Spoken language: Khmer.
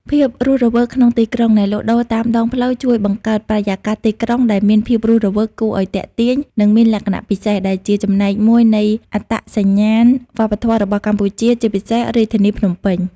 ភាពរស់រវើកក្នុងទីក្រុង អ្នកលក់ដូរតាមដងផ្លូវជួយបង្កើតបរិយាកាសទីក្រុងដែលមានភាពរស់រវើក គួរឱ្យទាក់ទាញ និងមានលក្ខណៈពិសេស ដែលជាចំណែកមួយនៃអត្តសញ្ញាណវប្បធម៌របស់កម្ពុជា ជាពិសេសរាជធានីភ្នំពេញ ។